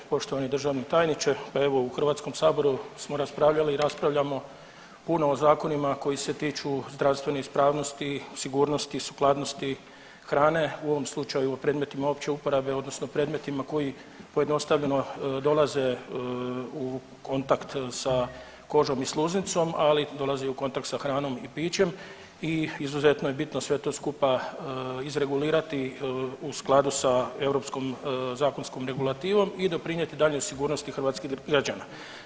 Poštovani državni tajniče, pa evo u Hrvatskom saboru smo raspravljali i raspravljamo puno o zakonima koji se tiču zdravstvene ispravnosti, sigurnosti, sukladnosti hrane u ovom slučaju o predmetima opće uporabe odnosno predmetima koji pojednostavljeno dolaze u kontakt sa kožom i sluznicom, ali dolaze i u kontakt sa hranom i pićem i izuzetno je bitno sve to skupa izregulirati u skladu sa europskom zakonskom regulativom i doprinijeti daljnjoj sigurnosti hrvatskih građana.